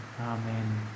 Amen